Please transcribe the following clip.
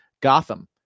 Gotham